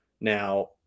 Now